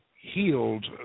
healed